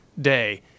day